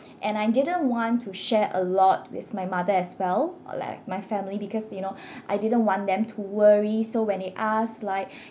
and I didn't want to share a lot with my mother as well or like my family because you know I didn't want them to worry so when they ask like